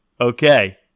okay